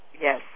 Yes